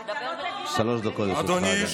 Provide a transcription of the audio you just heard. שלוש דקות לרשותך, אדוני.